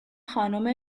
خانم